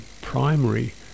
primary